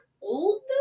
old